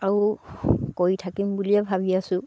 আৰু কৰি থাকিম বুলিয়ে ভাবি আছোঁ